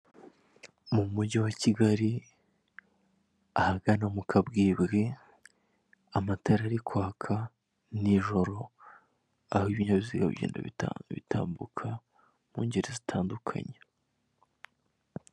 Mu mujyi wa Kigali ahagana mu kabwibwi amatara ari kwaka mu ijoro aho ibinyabiziga bigenda bitambuka mu ngeri zitandukanye.